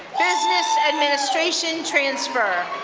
business administration transfer.